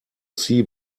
sea